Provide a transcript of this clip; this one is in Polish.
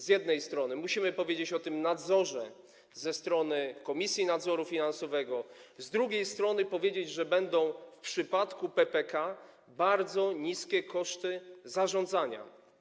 Z jednej strony musimy powiedzieć o nadzorze ze strony Komisji Nadzoru Finansowego, z drugiej strony musimy powiedzieć, że w przypadku PPK będą bardzo niskie koszty zarządzania.